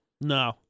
No